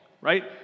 right